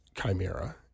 chimera